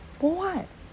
for what